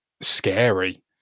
scary